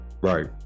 right